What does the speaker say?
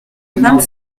vingt